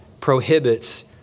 Prohibits